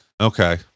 Okay